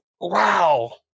Wow